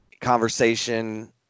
conversation